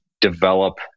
develop